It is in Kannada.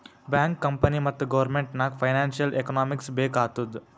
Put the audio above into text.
ಬ್ಯಾಂಕ್, ಕಂಪನಿ ಮತ್ತ ಗೌರ್ಮೆಂಟ್ ನಾಗ್ ಫೈನಾನ್ಸಿಯಲ್ ಎಕನಾಮಿಕ್ಸ್ ಬೇಕ್ ಆತ್ತುದ್